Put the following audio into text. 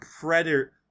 predator